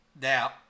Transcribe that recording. Now